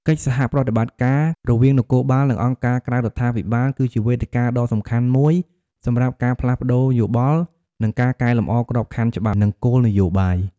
កិច្ចសហប្រតិបត្តិការរវាងនគរបាល និងអង្គការក្រៅរដ្ឋាភិបាល គឺជាវេទិកាដ៏សំខាន់មួយសម្រាប់ការផ្លាស់ប្ដូរយោបល់ និងការកែលម្អក្របខណ្ឌច្បាប់ និងគោលនយោបាយ។